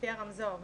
לפי הרמזור,